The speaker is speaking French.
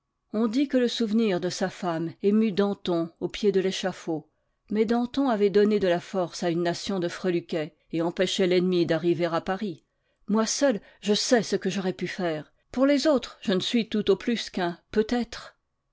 on dit que le souvenir de sa femme émut danton au pied de l'échafaud mais danton avait donné de la force à une nation de freluquets et empêchait l'ennemi d'arriver à paris moi seul je sais ce que j'aurais pu faire pour les autres je ne suis tout au plus qu'un peut-être